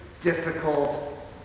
difficult